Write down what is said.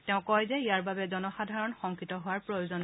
তেওঁ কয় যে ইয়াৰ বাবে জনসাধাৰণৰ শংকিত হোৱাৰ প্ৰয়োজন নাই